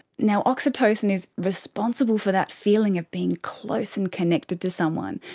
now, oxytocin is responsible for that feeling of being close and connected to someone,